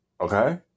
Okay